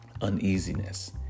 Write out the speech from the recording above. uneasiness